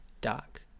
dark